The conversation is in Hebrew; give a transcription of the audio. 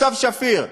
סתיו שפיר,